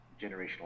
generational